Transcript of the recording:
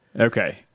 okay